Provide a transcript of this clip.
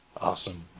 Awesome